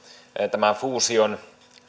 tämän fuusion